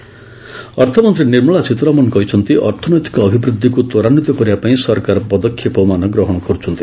Sitharaman economy ଅର୍ଥମନ୍ତ୍ରୀ ନିର୍ମଳା ସୀତାରମଣ କହିଛନ୍ତି ଅର୍ଥନୈତିକ ଅଭିବୃଦ୍ଧିକୁ ତ୍ୱରାନ୍ୱିତ କରିବାପାଇଁ ସରକାର ପଦକ୍ଷେପମାନ ଗ୍ରହଣ କରୁଛନ୍ତି